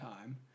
time